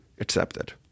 accepted